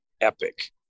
epic